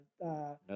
No